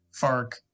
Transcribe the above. FARC